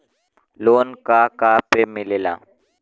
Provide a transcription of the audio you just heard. Loan का का पे मिलेला?